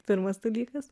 pirmas dalykas